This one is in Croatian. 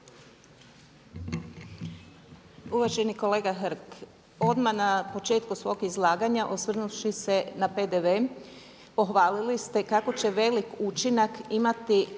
Uvaženi kolega Hrg, odmah na početku svog izlaganja osvrnuvši se na PDV pohvalili ste kako će velik učinak imati